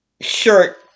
shirt